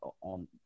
on